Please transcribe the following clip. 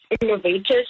innovators